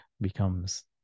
becomes